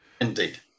Indeed